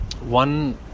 one